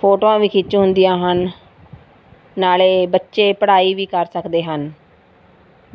ਫੋਟੋਆਂ ਵੀ ਖਿੱਚ ਹੁੰਦੀਆਂ ਹਨ ਨਾਲੇ ਬੱਚੇ ਪੜ੍ਹਾਈ ਵੀ ਕਰ ਸਕਦੇ ਹਨ